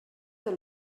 del